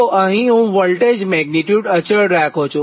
તો અહીં હું વોલ્ટેજ મેગ્નીટ્યુડ અચળ રાખું છું